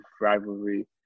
rivalry